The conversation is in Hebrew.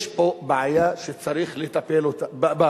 יש פה בעיה שצריך לטפל בה,